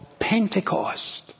Pentecost